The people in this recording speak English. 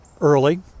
early